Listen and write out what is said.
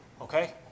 Okay